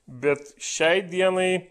bet šiai dienai